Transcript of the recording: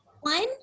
One